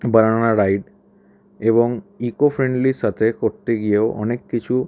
বানানা ride এবং eco ফ্রেন্ডলির সাথে করতে গিয়েও অনেক কিছু